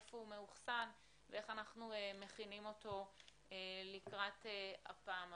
איפה הוא מאוחסן ואיך אנחנו מכינים אותו לקראת הפעם הבאה.